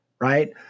right